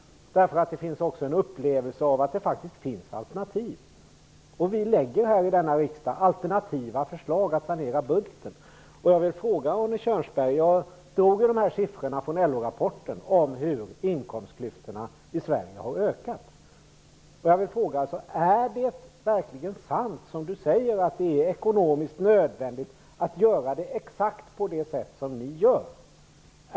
Det finns en upplevelse av att det faktiskt finns alternativ. Vi lägger här i riksdagen alternativa förslag om att sanera budgeten. Jag vill fråga Arne Kjörnsberg om de siffror jag drog från LO-rapporten. Siffrorna handlade om hur inkomstklyftorna i Sverige har ökat. Är det sant, Arne Kjörnsberg, att det är ekonomiskt nödvändigt att göra på exakt det sätt som ni gör?